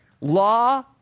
Law